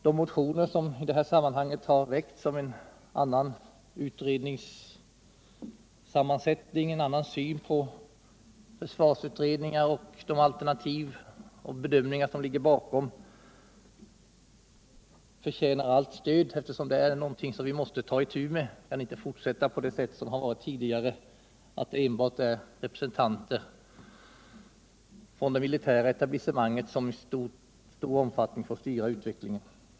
De motioner som väckts om en annan utredningssammansättning och en annan syn på försvaret och de alternativ och bedömningar som ligger bakom förtjänar allt stöd eftersom detta är någonting som vi måste ta itu med. Vikan inte fortsätta på det sätt som skett tidigare, där representanter från det militära etablissemanget i stor utsträckning fått styra utvecklingen.